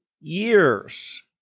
years